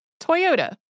Toyota